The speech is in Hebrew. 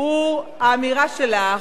הוא האמירה שלך,